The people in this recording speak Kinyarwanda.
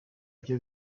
byo